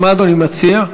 מה אדוני מציע?